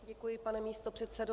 Děkuji, pane místopředsedo.